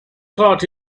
thought